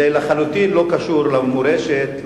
לחלוטין לא קשור למורשת,